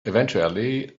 eventually